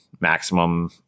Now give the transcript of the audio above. maximum